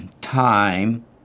time